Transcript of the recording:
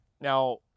Now